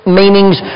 meanings